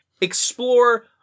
explore